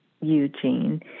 Eugene